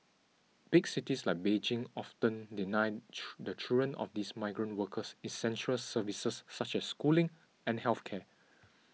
big cities like Beijing often deny the children of these migrant workers essential services such as schooling and health care